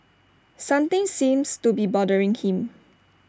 something seems to be bothering him